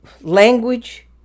language